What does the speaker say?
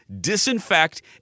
disinfect